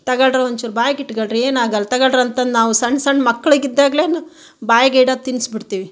ತಗಳ್ರೋ ಒಂಚೂರು ಬಾಯಿಗೆ ಇಟ್ಕೊಳ್ರಿ ಏನಾಗಲ್ಲ ತಗಳ್ರಂತದ್ ನಾವು ಸಣ್ಣ ಸಣ್ಣ ಮಕ್ಕಳಿದ್ದಾಗಲೇ ಬಾಯಿಗೆ ಹಿಡದು ತಿನ್ನಿಸಿಬಿಡ್ತೀವಿ